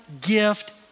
gift